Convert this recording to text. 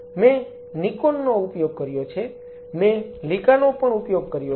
મેં નિકોન નો ઉપયોગ કર્યો છે મેં લીકા નો પણ ઉપયોગ કર્યો છે